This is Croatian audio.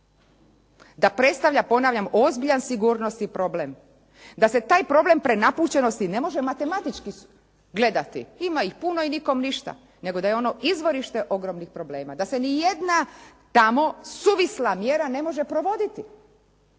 da predstavlja ponavljam ozbiljan sigurnosni problem, da se taj problem prenapučenosti ne može matematički gledati. Ima ih puno i nikome ništa. Nego da je ono izvorište ogromnih problema, da se nijedna tamo suvisla mjera ne može provoditi,